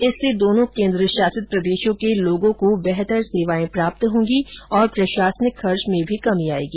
इससे दोनों केन्द्रशासित प्रदेशों के लोगों को बेहतर सेवाएं प्राप्त होंगी तथा प्रशासनिक खर्च में भी कमी आएगी